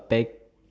tag